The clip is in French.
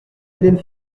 hélène